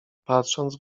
patrząc